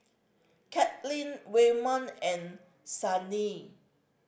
Kathlyn Waymon and Sydnee